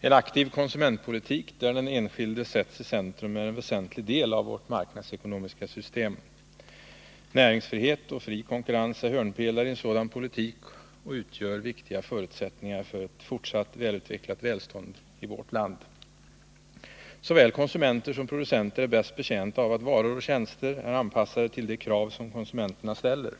En aktiv konsumentpolitik, där den enskilde sätts centrum, är en väsentlig del av vårt marknadsekonomiska system. Näringsfrihet och fri konkurrens är hörnpelare i en sådan politik och utgör viktiga förutsättningar för ett fortsatt utvecklat välstånd i vårt land. Såväl konsumenter som producenter är bäst betjänta av att varor och tjänster är anpassade till de krav som konsumenterna ställer.